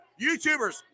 YouTubers